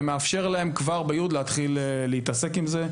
וזה מאפשר להם כבר ב-י' להתחיל להתעסק בזה,